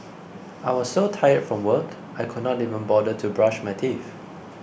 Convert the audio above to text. I was so tired from work I could not even bother to brush my teeth